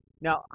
Now